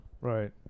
Right